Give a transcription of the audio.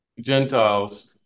Gentiles